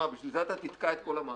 מה, בשביל זה אתה תתקע את כל המערכת?